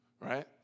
Right